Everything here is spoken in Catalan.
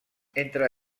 entre